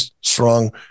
strong